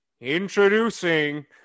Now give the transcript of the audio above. Introducing